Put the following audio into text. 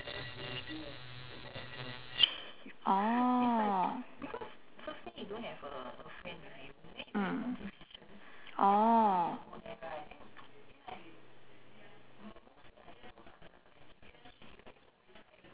oh mm oh